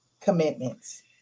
commitments